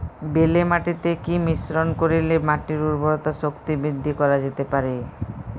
বেলে মাটিতে কি মিশ্রণ করিলে মাটির উর্বরতা শক্তি বৃদ্ধি করা যেতে পারে?